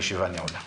הישיבה נעולה.